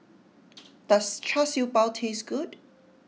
does Char Siew Bao taste good